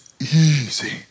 easy